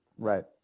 Right